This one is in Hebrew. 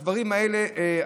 למה זה גורם.